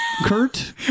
Kurt